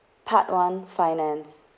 part one finance